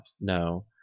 no